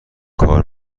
کار